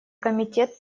комитет